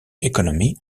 economy